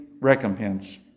recompense